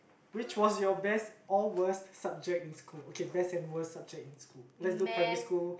which was your best or worst subject in school okay best and worst subject in school let's do primary school